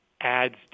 adds